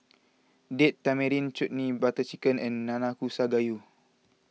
Date Tamarind Chutney Butter Chicken and Nanakusa Gayu